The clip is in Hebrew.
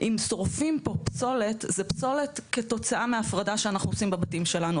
אם שורפים פה פסולת זה פסולת כתוצאה מהפרדה שאנחנו עושים בבתים שלנו,